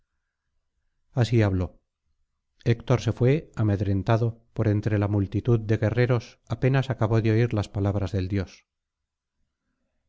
así habló héctor se fué amedrentado por entre la multitud de guerreros apenas acabó de oir las palabras del dios